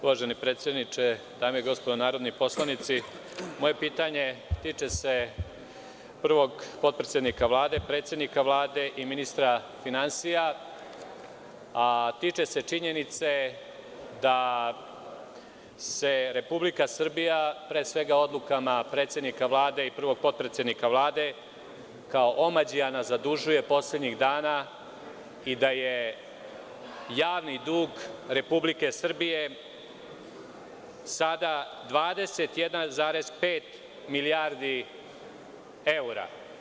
Uvaženi predsedniče, dame i gospodo narodni poslanici, moje pitanje se tiče prvog potpredsednika Vlade, predsednika Vlade i ministra finansija, a tiče se činjenice da se Republika Srbija, pre svega odlukama predsednika Vlade i prvog potpredsednika Vlade, kao omađijana zadužuje poslednjih dana i da je javni dug Republike Srbije sada 21,5 milijardi evra.